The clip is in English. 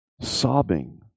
sobbing